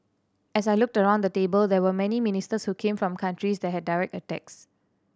as I looked around the table there were many ministers who came from countries that had direct attacks